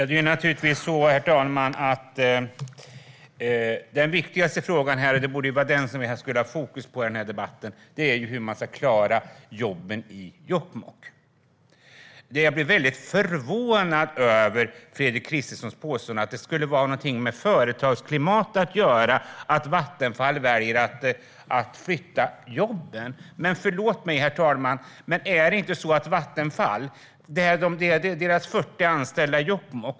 Herr talman! Den viktigaste frågan som vi borde ha fokus på i den här debatten är naturligtvis hur man ska klara jobben i Jokkmokk. Jag blir förvånad över Fredrik Christenssons påstående om att det skulle ha någonting med företagsklimat att göra att Vattenfall väljer att flytta jobben. Vattenfall har 40 anställda i Jokkmokk.